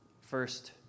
First